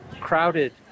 crowded